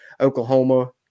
Oklahoma